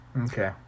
okay